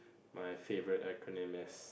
my favourite acronym is